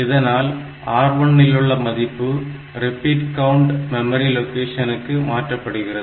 இதனால் R1 இல் உள்ள மதிப்பு ரிப்பீட் கவுண்ட் மெமரி லொகேஷனுக்கு மாற்றப்படுகிறது